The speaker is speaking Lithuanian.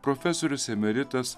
profesorius emeritas